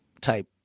type